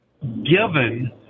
given